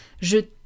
Je